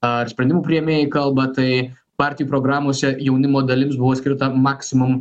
ar sprendimų priėmėjai kalba tai partijų programose jaunimo dalis buvo skirta maksimum